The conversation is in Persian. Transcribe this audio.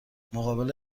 مقابل